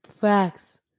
facts